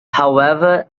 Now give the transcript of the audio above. however